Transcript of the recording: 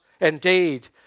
indeed